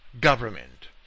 government